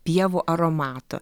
pievų aromato